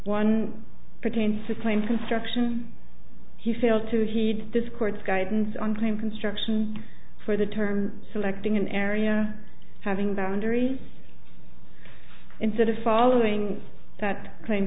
one pertains to claim construction he failed to heed this court's guidance on claim construction for the term selecting an area having boundaries instead of following that claim